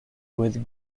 with